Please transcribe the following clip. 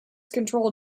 control